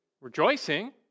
rejoicing